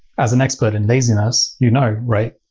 as an expert in laziness, you know, right,